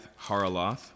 Haraloth